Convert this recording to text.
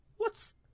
What's